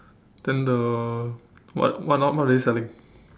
then the what what are they selling